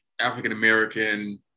African-American